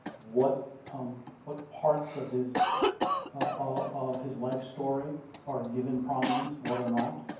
what um what parts of his ah of his life story are given prominence, what are not.